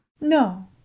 No